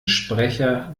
sprecher